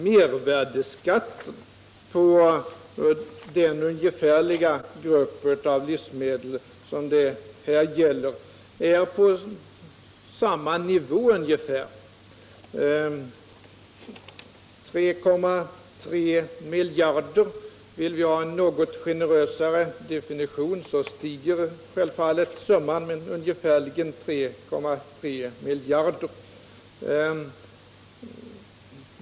Mervärdeskatten på den ungefärliga grupp av livsmedel som det här gäller ligger på ungefär samma nivå, nämligen ca 3,3 miljarder. Med en något generösare definition stiger självfallet summan, men 3,3 miljarder torde vara ett ganska realistiskt belopp.